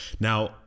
Now